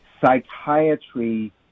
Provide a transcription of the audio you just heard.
psychiatry